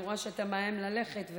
אני רואה שאתה מאיים ללכת.